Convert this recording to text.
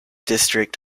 district